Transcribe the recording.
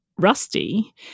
rusty